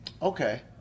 Okay